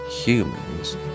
humans